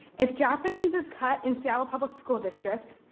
if japanese is cut in seattle public school district,